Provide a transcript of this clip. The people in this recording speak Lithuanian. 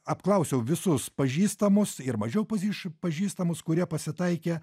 apklausiau visus pažįstamus ir mažiau poziš pažįstamus kurie pasitaikė